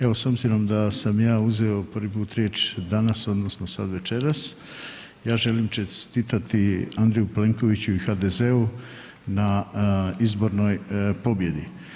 Evo, s obzirom da sam ja uzeo prvi put riječ danas, odnosno sad večeras, ja želim čestitati Andreju Plenkoviću i HDZ-u na izbornoj pobjedi.